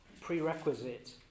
prerequisite